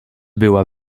była